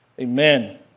Amen